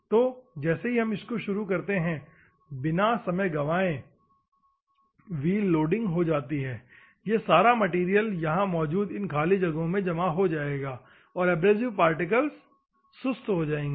तो जैसे ही हम इसको शुरू करते हैं बिना समय गवाएं व्हील लोडिंग हो जाती है यह सारा मैटेरियल यहां मौजूद इन खाली जगह में जमा हो जाएगा और एब्रेसिव पार्टिकल्स सुस्त हो जाएंगे